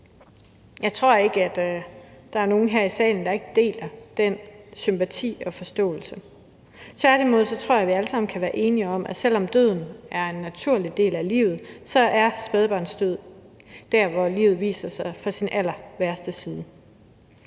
Jeg tror ikke, at der er nogen her i salen, der ikke deler den sympati og forståelse. Tværtimod tror jeg, vi alle sammen kan være enige om, at selv om døden er en naturlig del af livet, så er spædbarnsdød der, hvor livet viser sig fra sin allerværste side.